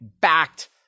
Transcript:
backed